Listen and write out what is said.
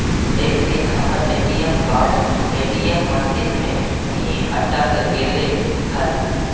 एक दिन हमर ए.टी.एम कार्ड ए.टी.एम मशीन में ही अटक गेले हल